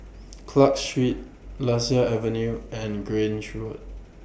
Clarke Street Lasia Avenue and Grange Road